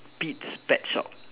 Pete's pet shop